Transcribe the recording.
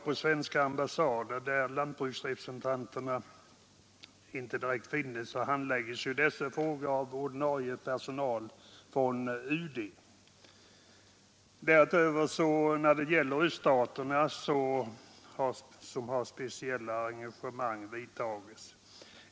På svenska ambassader där lantbruksrepresentanter ej finns handlägges dessa frågor av den ordinarie personalen från UD. Därutöver har när det gäller öststaterna speciella arrangemang vidtagits.